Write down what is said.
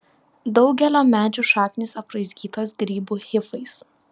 daugelio medžių šaknys apraizgytos grybų hifais